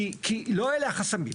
כי לא אלה החסמים.